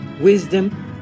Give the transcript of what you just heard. wisdom